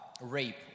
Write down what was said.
rape